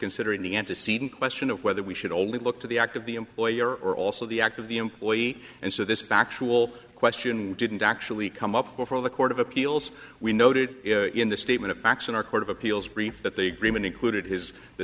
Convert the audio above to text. considering the antecedent question of whether we should only look to the act of the employer or also the act of the employee and so this factual question didn't actually come up before the court of appeals we noted in the statement of facts in our court of appeals brief that the greenman included his the